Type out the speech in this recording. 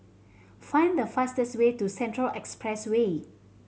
find the fastest way to Central Expressway